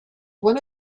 one